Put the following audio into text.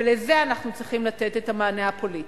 ולזה אנחנו צריכים לתת את המענה הפוליטי.